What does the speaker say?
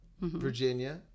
Virginia